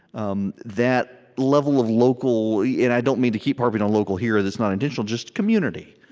um that level of local yeah and i don't mean to keep harping on local here that's not intentional just community,